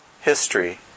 history